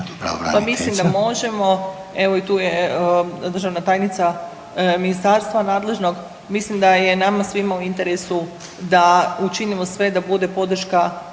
Pa mislim da možemo, evo i tu je državna tajnica ministarstva nadležnog, mislim da je nama svima u interesu da učinimo sve da bude podrška